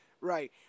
Right